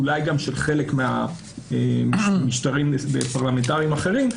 אולי גם של חלק ממשטרים פרלמנטרים אחרים.